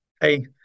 Hey